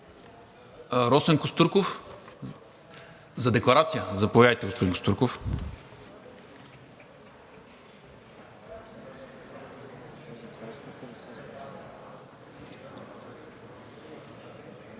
Росен Костурков? За декларация? Заповядайте, господин Костурков.